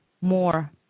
more